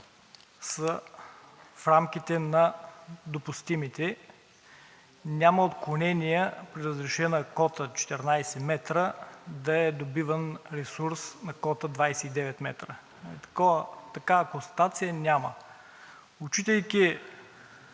са в рамките на допустимите. Няма отклонения при разрешена кота 14 метра да е добиван ресурс на кота 29 метра. Такава констатация няма. Отчитайки